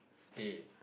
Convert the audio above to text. K